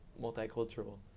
multicultural